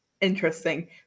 interesting